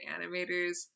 animators